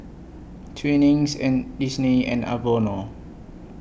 Twinings and Disney and Vono